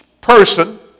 person